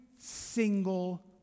single